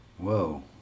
Whoa